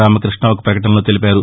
రామకృష్ణ ఒక ప్రకటనలో తెలిపారు